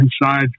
inside